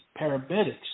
paramedics